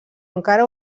encara